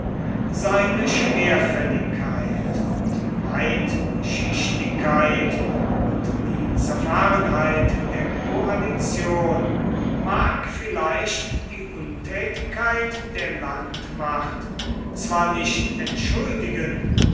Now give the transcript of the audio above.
seine schwerfälligkeit und weitschichtigkeit und die zerfahrenheit der koalition mag vielleicht die untätigkeit der landmacht zwar nicht entschuldigen